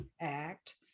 act